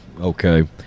Okay